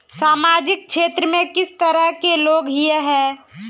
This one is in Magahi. सामाजिक क्षेत्र में किस तरह के लोग हिये है?